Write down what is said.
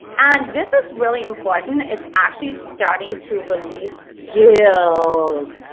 and this is really important, is actually starting to release guilt.